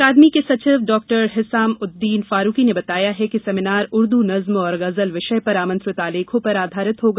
अकादमी के सचिव डॉ हिसामउद्दीन फारूकी ने बताया कि सेमिनार उर्दू नज्म और ग़ज़ल विषय पर आमंत्रित आलेखों पर आधारित होगा